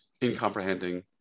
incomprehending